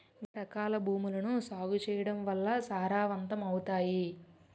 వివిధరకాల భూములను సాగు చేయడం వల్ల సారవంతమవుతాయి